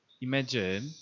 Imagine